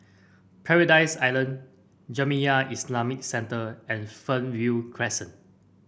Paradise Island Jamiyah Islamic Centre and Fernhill Crescent